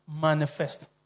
manifest